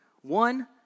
One